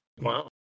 Wow